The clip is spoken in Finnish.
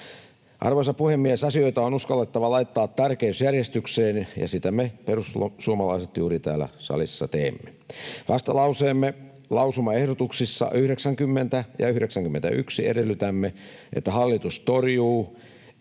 Arvoisa puhemies! Asioita on uskallettava laittaa tärkeysjärjestykseen, ja sitä me perussuomalaiset juuri täällä salissa teemme. Vastalauseemme lausumaehdotuksissa 90 ja 91 edellytämme, että hallitus torjuu